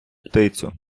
птицю